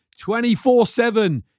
24-7